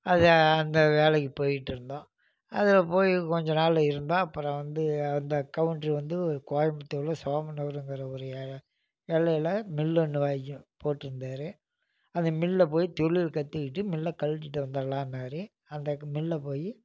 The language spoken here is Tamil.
அது அந்த வேலைக்கு போய்ட்டு இருந்தோம் அதில் போய் கொஞ்சம் நாள் இருந்தோம் அப்புறம் வந்து அந்த கவுண்டரு வந்து ஒரு கோயம்புத்தூரில் சோமனூருங்கிற ஒரு ஏரியா எல்லையில் மில்லு ஒன்று வச்சு போட்டிருந்தாரு அந்த மில்லில் போய் தொழில் கற்றுக்கிட்டு மில்லை கழட்டிகிட்டு வந்துடலாம் மாரி அந்தக் மில்லில் போய்